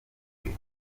bwe